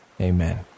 amen